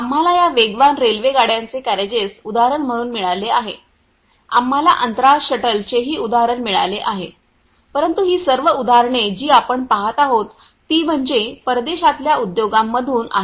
आम्हाला या वेगवान रेल्वे गाड्यांचे केरेजेस उदाहरण म्हणून मिळाले आहे आम्हाला अंतराळ शटल चेही उदाहरण मिळाले आहे परंतु ही सर्व उदाहरणे जी आपण पाहत आहोत ती म्हणजे परदेशातल्या उद्योगांमधून आहेत